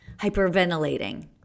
hyperventilating